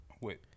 Wait